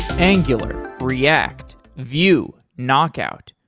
angular, react, view, knockout,